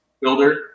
builder